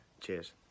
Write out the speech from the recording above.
Cheers